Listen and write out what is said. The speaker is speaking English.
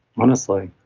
honestly,